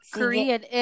Korean